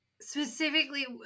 specifically